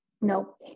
Nope